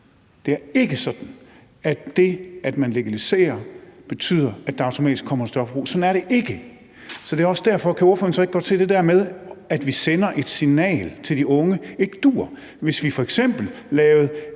det er ikke sådan – at det, at man legaliserer, betyder, at der automatisk kommer et større forbrug. Sådan er det ikke. Så kan ordføreren ikke forholde sig til det der med, at vi sender et signal til de unge, ikke duer? Hvis vi f.eks. lavede